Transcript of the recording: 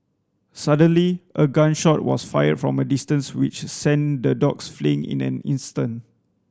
suddenly a gun shot was fired from a distance which sent the dogs fleeing in an instant